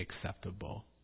acceptable